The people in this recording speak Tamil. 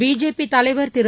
பிஜேபி தலைவர் திரு